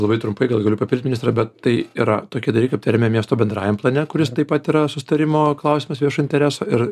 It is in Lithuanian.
labai trumpai gal galiu papildyt ministrą bet tai yra tokie dalykai aptariami miesto bendrajam plane kuris taip pat yra susitarimo klausimas viešo intereso ir